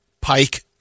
Pike